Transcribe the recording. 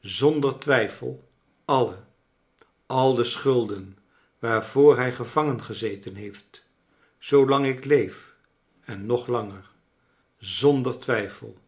r zonder twijfel alle al de schulden waarvoor hij gevangen gezeten heeft zoolang ik leef en nog langer zonder twijfel